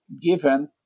given